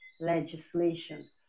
legislation